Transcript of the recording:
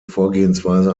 vorgehensweise